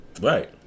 Right